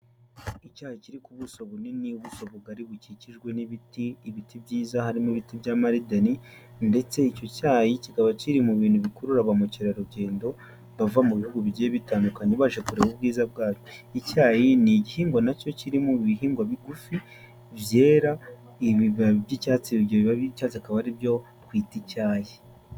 Icyaha kiri ku buso bunini ubuso bugari bukikijwe n'ibiti, ibiti byiza harimo ibiti by'amarideni ndetse icyo cyayi kikaba kiri mu bintu bikurura ba mukerarugendo bava mu bihugu bigiye bitandukanye baje kureba ubwiza bwabyo, icyayi ni igihingwa nacyo kiri mu bihingwa bigufi byera ibibabi by'icyatsi, ibyo bibabi by'icyatsi akaba aribyo twita icyayi.